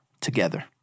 together